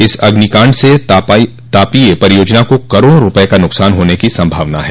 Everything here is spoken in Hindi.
इस अग्निकांड से तापीय परियोजना को करोड़ों रूपये का नुकसान होने की संभावना है